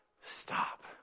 stop